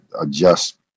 adjust